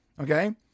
Okay